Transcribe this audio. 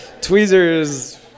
tweezers